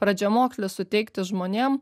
pradžiamokslį suteikti žmonėm